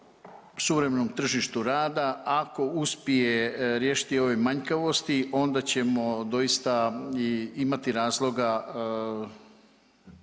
suvremenom tržištu rada, ako uspije riješiti ove manjkavosti onda ćemo doista i imati razloga